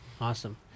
Awesome